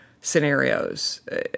scenarios